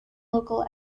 local